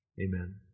Amen